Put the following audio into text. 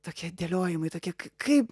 tokie dėliojimai tokie kaip